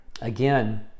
again